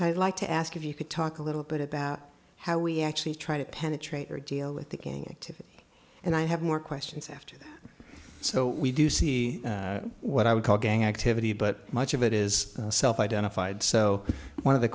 d like to ask if you could talk a little bit about how we actually try to penetrate or deal with the king and i have more questions after so we do see what i would call gang activity but much of it is self identified so one of the